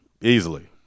easily